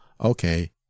Okay